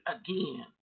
again